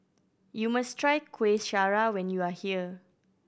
you must try Kueh Syara when you are here